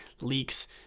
leaks